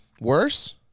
Worse